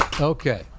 Okay